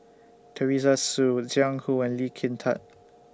Teresa Hsu Jiang Hu and Lee Kin Tat